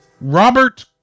Robert